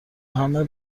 همه